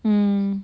mm